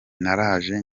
naraje